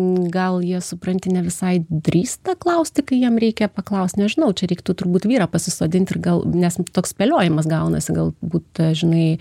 gal jie supranti ne visai drįsta klausti kai jam reikia paklaust nežinau čia reiktų turbūt vyrą pasisodinti ir gal nes toks spėliojimas gaunasi galbūte žinai